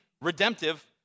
redemptive